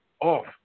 off